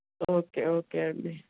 okay okay అండి